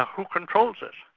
who controls it.